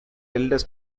eldest